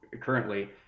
currently